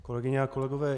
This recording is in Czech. Kolegyně a kolegové.